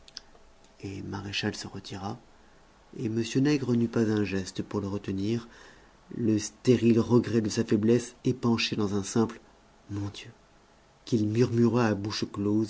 et maréchal se retira et m nègre n'eut pas un geste pour le retenir le stérile regret de sa faiblesse épanché dans un simple mon dieu qu'il murmura à bouche